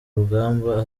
rugamba